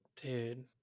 dude